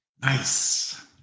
Nice